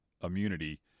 immunity